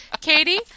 Katie